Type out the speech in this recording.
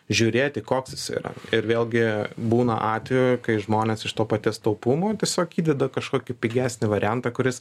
žiūrėti koks jisai yra ir vėlgi būna atvejų kai žmonės iš to paties taupumo tiesiog įdeda kažkokį pigesnį variantą kuris